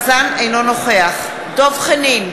אינו נוכח דב חנין,